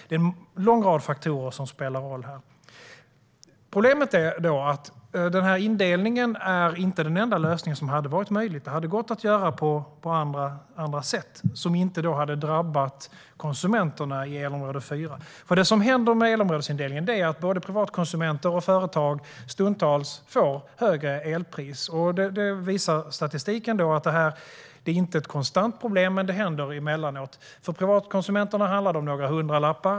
Det är en lång rad faktorer som spelar roll här. Indelningen är inte den enda lösning som hade varit möjlig. Det hade gått att göra på andra sätt, som inte hade drabbat konsumenterna i elområde 4. Elområdesindelningen leder till att både privatkonsumenter och företag stundtals får högre elpriser. Statistiken visar att det inte är ett konstant problem, men det händer emellanåt. För privatkonsumenterna handlar det om några hundralappar.